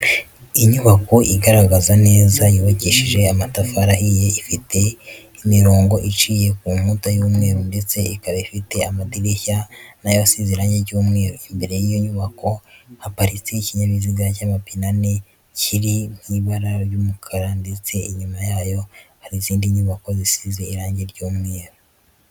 Inyubako igaragara neza yubakishijwe amatafari ahiye, ifite imirongo iciye ku nkuta y'umweru, ndetse ikaba ifite amadirishya na yo asize irangi ry'umweru. Imbere y'iyo nyubako haparitse ikinyabiziga cy'amapine ane kiri mu ibara ry'umukara, ndetse inyuma yayo hari izindi nyubako zisize irangi ry'umweru.